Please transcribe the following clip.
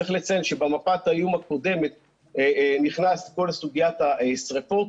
צריך לציין שבמפת האיום הקודמת נכנסה כל סוגיית השריפות.